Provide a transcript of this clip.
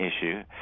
issue